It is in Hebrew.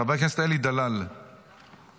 חבר הכנסת אלי דלל, בבקשה.